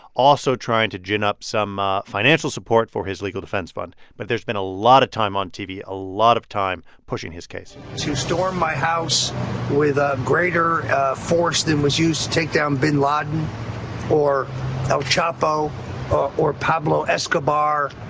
also trying to gin up some ah financial support for his legal defense fund. but there's been a lot of time on tv, a lot of time pushing his case to storm my house with ah greater force than was used to take down bin laden or el chapo or pablo escobar,